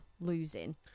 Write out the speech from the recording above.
losing